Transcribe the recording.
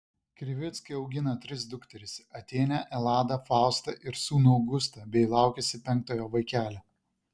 krivickai augina tris dukteris atėnę eladą faustą ir sūnų augustą bei laukiasi penktojo vaikelio